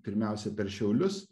pirmiausia per šiaulius